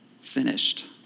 finished